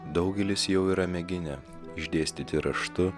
daugelis jau yra mėginę išdėstyti raštu